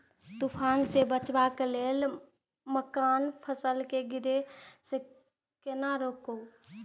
तुफान से बचाव लेल मक्का फसल के गिरे से केना रोकी?